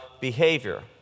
behavior